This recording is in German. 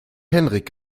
henrik